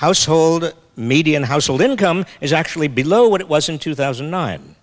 household median household income is actually below what it was in two thousand